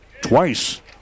twice